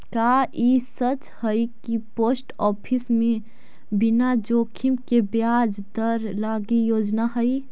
का ई सच हई कि पोस्ट ऑफिस में बिना जोखिम के ब्याज दर लागी योजना हई?